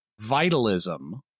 vitalism